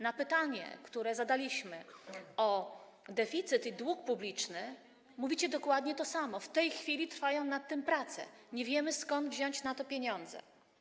Na pytanie, które zadaliśmy, o deficyt i dług publiczny, mówicie dokładnie to samo: w tej chwili trwają nad tym prace, nie wiemy, skąd wziąć na to pieniądze.